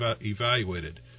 evaluated